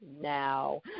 now